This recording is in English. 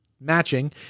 matching